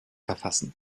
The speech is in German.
verfassen